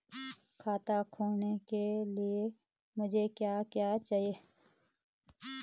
खाता खोलने के लिए मुझे क्या क्या चाहिए?